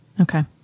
Okay